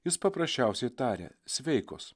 jis paprasčiausiai tarė sveikos